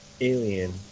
alien